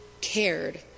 cared